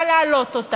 אבל להעלות אותה.